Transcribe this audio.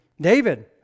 David